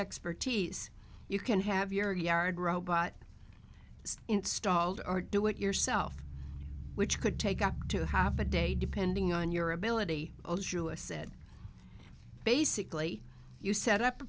expertise you can have your yard robot installed or do it yourself which could take up to half a day depending on your ability to a said basically you set up a